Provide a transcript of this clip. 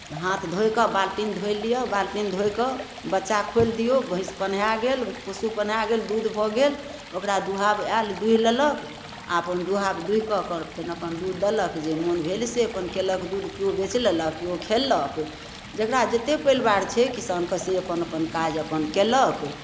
हाथ धोकऽ बाल्टीन धो लिअ बाल्टीन धोकऽ बच्चा खोलि दियौ भैंस पन्हाय गेल पशु पन्हा गेल दूध भऽ गेल ओकरा दूहाब आयल दूहि लेलक आओर अपन दूहाब दूहिकऽ ओकर फेन अपन दूध देलक जे मोन भेल से अपन कयलक दूध केओ बेच लेलक केओ खेलक जकरा जते परिवार छै किसानके से अपन अपन काज अपन कयलक